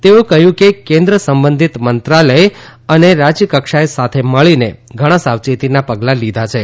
તેઓએ કહ્યું કે કેન્દ્ર સંબંધિત મંત્રાલયે અને રાજ્યકક્ષાએ સાથે મળીને ઘણા સાવચેતીના પગલા લીધા છે